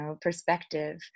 perspective